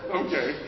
okay